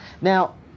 Now